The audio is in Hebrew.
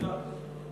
תודה.